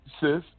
sis